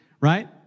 right